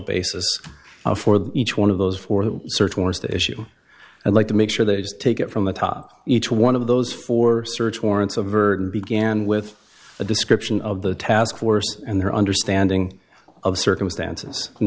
basis for each one of those for the search warrants the issue i'd like to make sure they just take it from the top each one of those four search warrants a verdant began with a description of the task force and their understanding of circumstances and